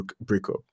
breakup